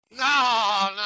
No